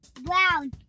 brown